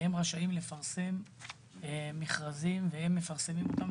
הם רשאים לפרסם מכרזים והם מפרסמים אותם,